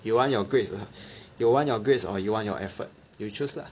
you want your grades you want your grades or you want your effort you choose lah